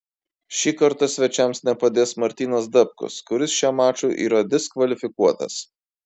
šį kartą svečiams nepadės martynas dapkus kuris šiam mačui yra diskvalifikuotas